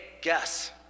guess